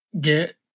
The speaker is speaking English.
get